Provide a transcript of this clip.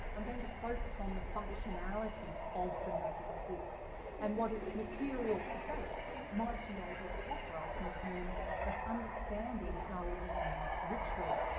i'm going to focus on the functionality of the magic book and what its material state might be able to offer us in terms of understanding how it was used ritually.